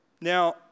Now